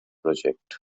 project